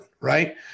right